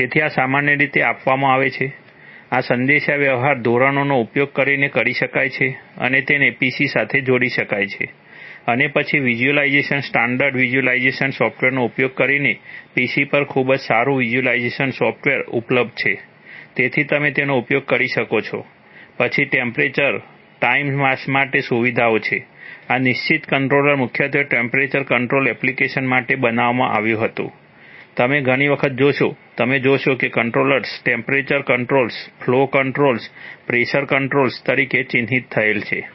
તેથી આ સામાન્ય રીતે આપવામાં આવે છે આ સંદેશાવ્યવહાર ધોરણોનો ઉપયોગ કરીને કરી શકાય છે અને તેને PC સાથે જોડી શકાય છે અને પછી વિઝ્યુલાઇઝેશન તરીકે ચિહ્નિત થયેલ છે